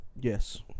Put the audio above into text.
yes